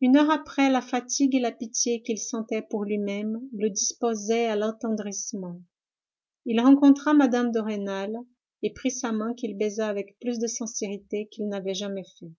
une heure après la fatigue et la pitié qu'il sentait pour lui-même le disposaient à l'attendrissement il rencontra mme de rênal et prit sa main qu'il baisa avec plus de sincérité qu'il n'avait jamais fait